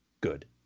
good